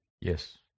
Yes